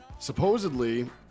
Supposedly